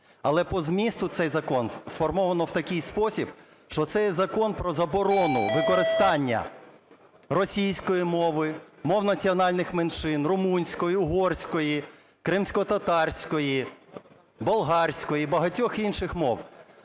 але по змісту цей закон сформовано в такий спосіб, що цей закон про заборону використання російської мови, мов національних меншин, румунської, угорської, кримськотатарської, болгарської і багатьох інших мов.